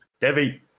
Debbie